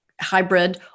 hybrid